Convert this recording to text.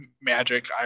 magic